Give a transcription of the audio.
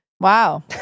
Wow